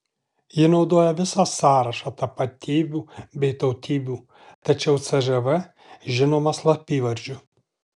ji naudoja visą sąrašą tapatybių bei tautybių tačiau cžv žinoma slapyvardžiu